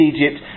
Egypt